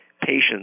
patients